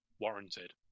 warranted